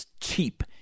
cheap